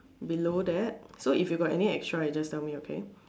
below that so if you got any extra you just tell me okay